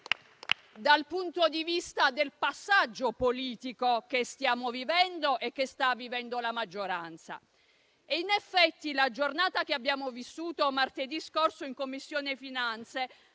dal punto di vista del passaggio politico che stiamo vivendo e che sta vivendo la maggioranza. In effetti, la giornata che abbiamo vissuto martedì scorso in Commissione finanze